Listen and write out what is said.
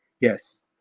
yes